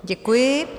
Děkuji.